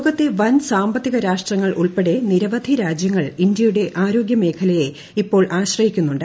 ലോകത്തെ വൻ സാമ്പത്തിക രാഷ്ട്രങ്ങൾ ഉൾപ്പെടെ നിരവധി രാജ്യങ്ങൾ ഇന്ത്യയുടെ ആരോഗ്യ മേഖലയെ ഇപ്പോൾ ആശ്രയിക്കുന്നുണ്ട്